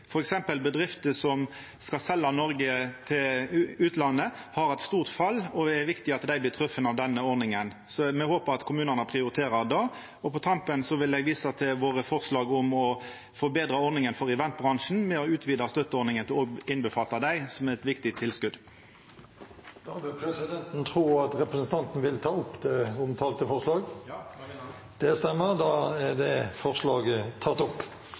er viktig at dei blir trefte av denne ordninga, så me håpar at kommunane prioriterer det. På tampen vil eg visa til våre forslag om å forbetra ordninga for eventbransjen med å utvida støtteordninga til òg å inkludera dei, som er eit viktig tilskot. Eg tek opp forslaget frå Framstegspartiet. Representanten Helge André Njåstad har tatt opp det forslaget han viste til. Et av de sterkeste møtene jeg hadde i fjor, hadde jeg i avgangshallen på Gardermoen. Det